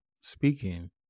speaking